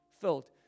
filled